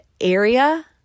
area